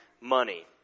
money